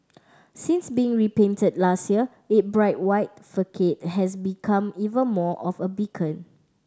since being repainted last year it bright white facade has become even more of a beacon